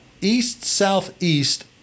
east-southeast